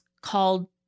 called